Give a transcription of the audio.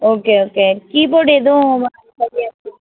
okay okay keyboard எதுவும் வா வாங்கலையா